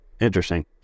interesting